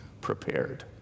prepared